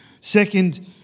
Second